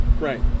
Right